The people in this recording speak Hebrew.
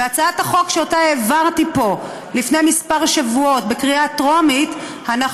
בהצעת החוק שהעברתי פה לפני כמה שבועות בקריאה טרומית אנחנו